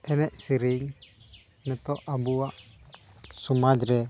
ᱮᱱᱮᱡ ᱥᱮᱨᱮᱧ ᱡᱚᱛᱚ ᱟᱵᱚᱣᱟᱜ ᱥᱚᱢᱟᱡᱽ ᱨᱮ